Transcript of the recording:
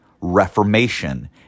Reformation